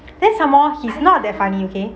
then some more he's not that funny okay